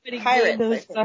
Pirates